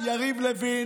איבדת את זה.